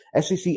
SEC